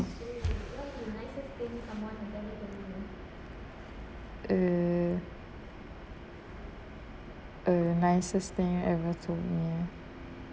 err a nicest thing ever told me